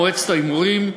מועצת ההימורים,